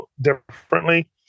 differently